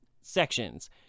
sections